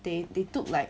they they took like